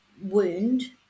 wound